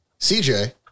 CJ